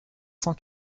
cent